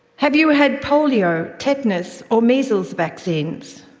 have you had polio, tetanus, or measles vaccines?